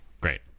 Great